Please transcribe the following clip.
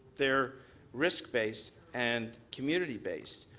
they're risk based and community based.